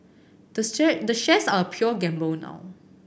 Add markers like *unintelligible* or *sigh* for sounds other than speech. the *unintelligible* the shares are a pure gamble now